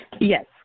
Yes